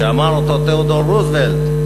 שאמר תיאודור רוזוולט: